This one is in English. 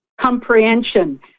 comprehension